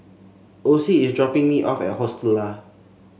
Ocie is dropping me off at Hostel Lah